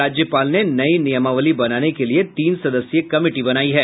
राज्यपाल ने नई नियमावली बनाने के लिये तीन सदस्यीय कमिटी बनायी है